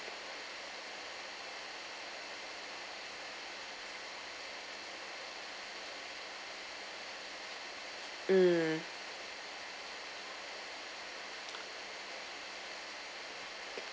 mm